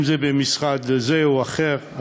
אם זה במשרד זה או אחר.